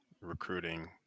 recruiting